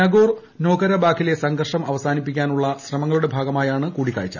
നഗോർ നോകരബാഖിലെ സംഘർഷം അവസാനിപ്പി ക്കാനുള്ള ശ്രമങ്ങളുടെ ഭാഗമായാണ് കൂടിക്കാഴ്ച